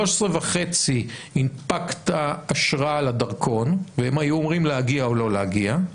ל-13,500 הנפקת אשרה על הדרכון והם היו אמורים להגיע או לא להגיע,